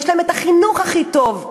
יש להם את החינוך הכי טוב.